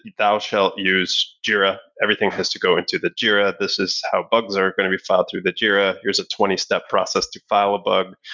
thou shall use jira. everything has to go into the jira. this is how bugs are going to be filed through the jira. here's a twenty step process to file a bug.